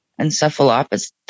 encephalopathy